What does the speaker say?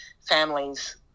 families